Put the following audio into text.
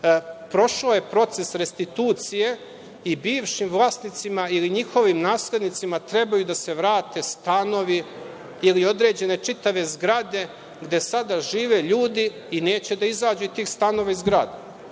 Prošao je proces restitucije i bivšim vlasnicima, ili njihovim naslednicima, trebaju da se vrate stanovi ili određene čitave zgrade, gde sada žive ljudi i neće da izađu iz tih stanova i zgrada. Ovaj